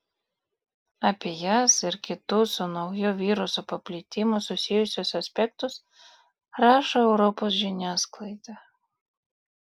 apie jas ir kitus su naujo viruso paplitimu susijusius aspektus rašo europos žiniasklaida